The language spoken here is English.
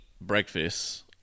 breakfast